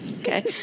Okay